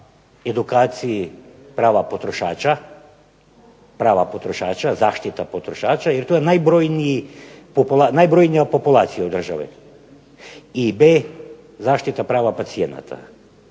edukaciji prava potrošača, zaštita potrošača jer to je najbrojnija populacija, i b) zaštita prava pacijenata.